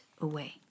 away